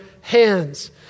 hands